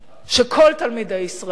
שכל תלמידי ישראל